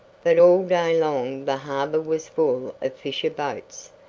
but all day long the harbor was full of fisher boats,